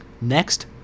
Next